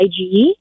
IgE